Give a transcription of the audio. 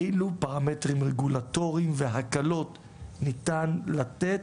אילו פרמטרים רגולטוריים והקלות ניתן לתת.